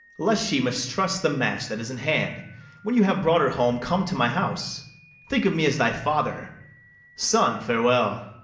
lest she mistrust the match that is in hand when you have brought her home, come to my house think of me as thy father son, farewell.